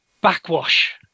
backwash